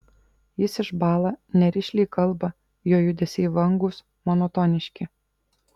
jis išbąla nerišliai kalba jo judesiai vangūs monotoniški